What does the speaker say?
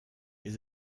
les